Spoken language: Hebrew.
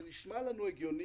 זה נשמע לנו הגיוני,